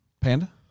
Panda